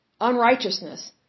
unrighteousness